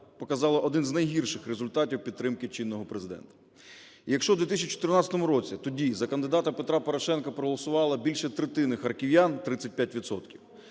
показала один з найгірших результатів підтримки чинного Президента. І якщо в 2014 році тоді за кандидата Петра Порошенка проголосувало більше третини харків'ян –